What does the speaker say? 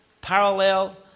Parallel